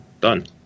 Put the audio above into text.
done